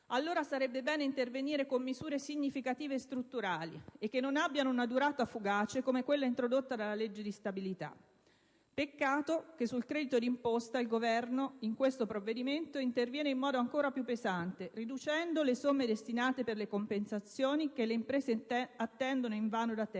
sarebbe bene intervenire con misure significative strutturali che non abbiano una durata fugace come quella introdotta dalla legge di stabilità. Peccato che sul credito d'imposta il Governo in questo provvedimento interviene in modo ancora più pesante riducendo le somme destinate per le compensazioni che le imprese attendono invano da tempo,